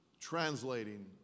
translating